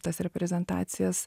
tas reprezentacijas